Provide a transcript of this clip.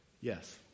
Yes